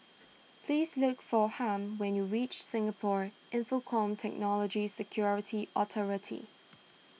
please look for Harm when you reach Singapore Infocomm Technology Security Authority